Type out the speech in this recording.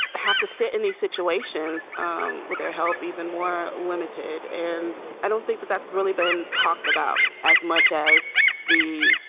have to sit in these situations um with their help even more limited, and i don't think that that's really being talked about as much as the,